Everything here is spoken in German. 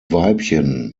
weibchen